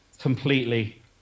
completely